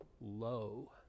low